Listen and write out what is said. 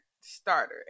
starter